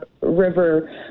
River